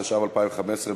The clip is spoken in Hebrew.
התשע"ו 2015,